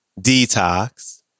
Detox